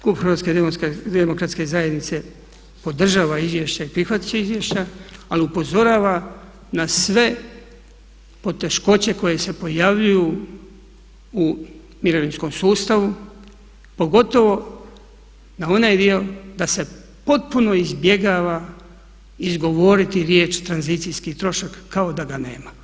Klub HDZ-a podržava izvješće i prihvatit će izvješće ali upozorava na sve poteškoće koje se pojavljuju u mirovinskom sustavu, pogotovo na onaj dio da se potpuno izbjegava izgovoriti riječ tranzicijski trošak kao da ga nema.